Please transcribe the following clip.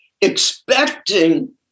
expecting